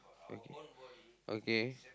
okay